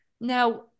Now